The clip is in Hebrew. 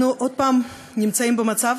אנחנו עוד פעם נמצאים במצב